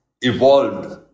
evolved